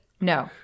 no